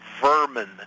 vermin